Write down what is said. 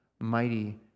mighty